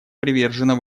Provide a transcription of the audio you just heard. привержено